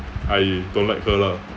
I don't like her lah